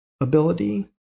ability